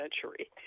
century